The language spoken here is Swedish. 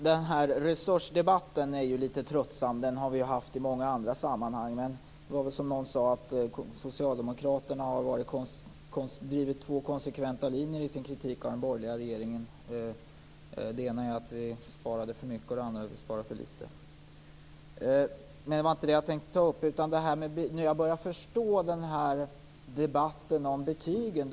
Fru talman! Resursdebatten är ju litet tröttsam. Den har vi haft i många andra sammanhang. Men det är väl som någon sade, att socialdemokraterna har drivit två konsekventa linjer i sin kritik av den borgerliga regeringen. Den ena är att vi sparade för mycket och den andra att vi sparade för litet. Men det var inte det jag tänkte ta upp. Jag börjar förstå debatten om betygen.